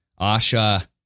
Asha